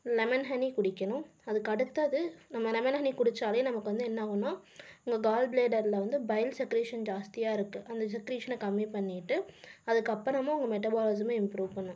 lemon honey குடிக்கணும் அதுக்கடுத்தது நம்ம லெமன் ஹனி குடிச்சாலே நமக்கு வந்து என்ன ஆகும்னா நம்ம கால்ப்ளேடரில் வந்து பைல் செக்ரேஷன் ஜாஸ்தியாக இருக்குது அந்த செக்ரேஷனை கம்மி பண்ணிட்டு அதுக்கப்புறமும் அவங்க மெட்டபாலிசமை இம்ப்ரூவ் பண்ணும்